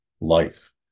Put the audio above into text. life